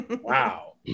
Wow